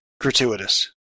gratuitous